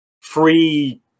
free